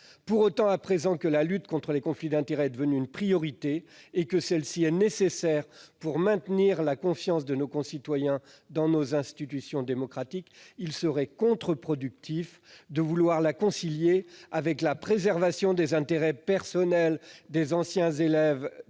Pour autant, à présent que la lutte contre les conflits d'intérêts est devenue une priorité et qu'elle est nécessaire pour maintenir la confiance de nos concitoyens dans nos institutions démocratiques, il serait contreproductif de vouloir la concilier avec la préservation des intérêts personnels des anciens élèves de